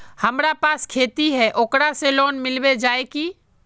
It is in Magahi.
हमरा पास खेती है ओकरा से लोन मिलबे जाए की?